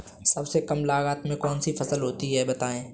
सबसे कम लागत में कौन सी फसल होती है बताएँ?